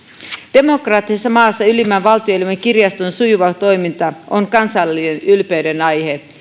demokraattisessa maassa ylimmän valtioelimen kirjaston sujuva toiminta on kansallinen ylpeydenaihe